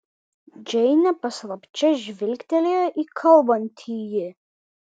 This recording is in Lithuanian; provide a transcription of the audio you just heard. džeinė paslapčia žvilgtelėjo į kalbantįjį